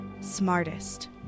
smartest